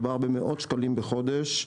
מדובר במאות שקלים בחודש,